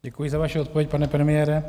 Děkuji za vaše odpověď, pane premiére.